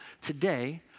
Today